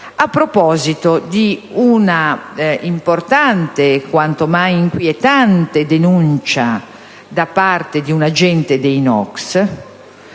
a proposito di un'importante e quanto mai inquietante denuncia da parte di un agente dei NOCS